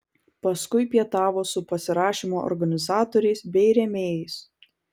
paskui pietavo su pasirašymo organizatoriais bei rėmėjais